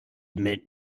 mit